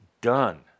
done